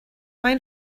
mae